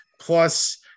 plus